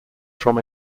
from